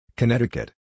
Connecticut